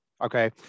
okay